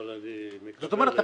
אבל אני מקווה --- זאת אומרת,